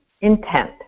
intent